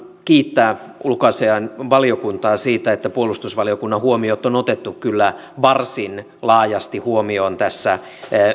kiittää ulkoasiainvaliokuntaa siitä että puolustusvaliokunnan huomiot on otettu kyllä varsin laajasti huomioon tässä